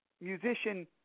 musician